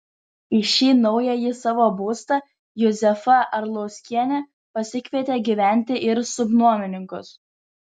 į šį naująjį savo būstą juzefa arlauskienė pasikvietė gyventi ir subnuomininkus